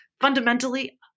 fundamentally